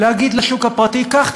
להגיד לשוק הפרטי: קח,